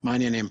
מה העניינים?